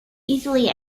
easily